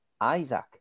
Isaac